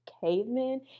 cavemen